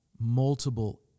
multiple